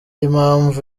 impamvu